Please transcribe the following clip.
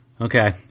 okay